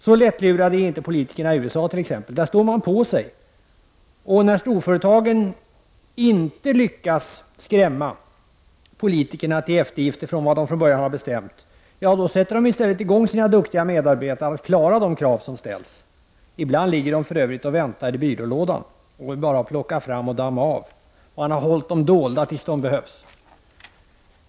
Så lättlurade är inte t.ex. politikerna i USA. Där står man på sig. När storföretagen inte lyckas skrämma politikerna till eftergifter i förhållande till vad dessa från början har bestämt sätter de i stället i gång sina duktiga medarbetare på att klara de krav som ställs. Ibland ligger lösningarna för övrigt och väntar i skrivbordslådan och är bara att plocka fram och damma av — man har hållit dem dolda tills de behövts.